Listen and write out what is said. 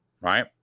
right